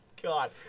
God